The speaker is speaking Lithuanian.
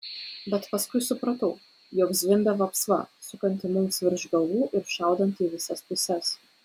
bet paskui supratau jog zvimbia vapsva sukanti mums virš galvų ir šaudanti į visas puses